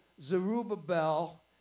Zerubbabel